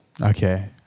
Okay